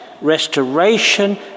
restoration